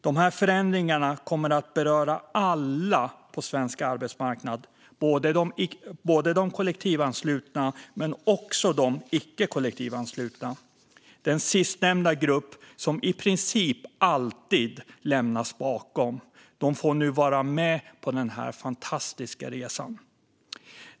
De här förändringarna kommer att beröra alla på svensk arbetsmarknad - de kollektivanslutna men också de icke kollektivanslutna. Den sistnämnda gruppen, som i princip alltid lämnas efter, får nu vara med på denna fantastiska resa.